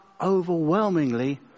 overwhelmingly